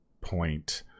point